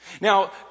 Now